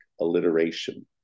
alliteration